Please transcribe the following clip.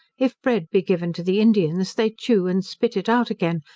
if bread be given to the indians, they chew and spit it out again,